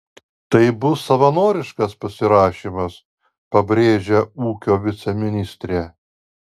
tai bus savanoriškas pasirašymas pabrėžia ūkio viceministrė